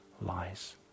lies